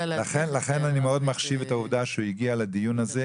לכן אני מאוד מחשיב את העובדה שהוא הגיע לדיון הזה.